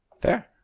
Fair